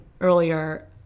earlier